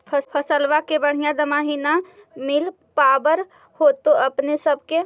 फसलबा के बढ़िया दमाहि न मिल पाबर होतो अपने सब के?